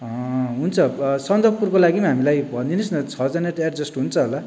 हुन्छ सन्दकपुरको लागि हामीलाई भनिदिनु होस् न छजना त एडजस्ट हुन्छ होला